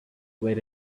were